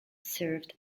served